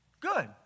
Good